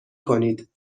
کنید